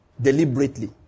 deliberately